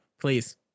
please